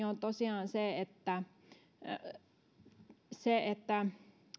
on tosiaan huolena se että